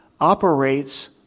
operates